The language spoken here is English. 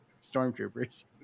stormtroopers